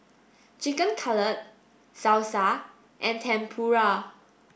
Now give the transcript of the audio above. Chicken Cutlet Salsa and Tempura